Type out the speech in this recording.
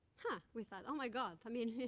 huh, we thought, oh, my god. i mean,